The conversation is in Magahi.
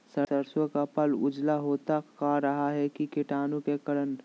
सरसो का पल उजला होता का रहा है की कीटाणु के करण?